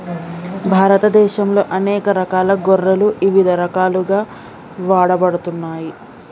భారతదేశంలో అనేక రకాల గొర్రెలు ఇవిధ రకాలుగా వాడబడుతున్నాయి